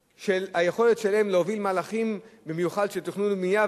ביכולת שלהן להעביר מהלכים במיוחד של תכנון ובנייה,